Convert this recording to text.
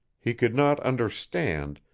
he could not understand,